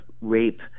rape